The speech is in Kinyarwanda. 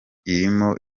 irimo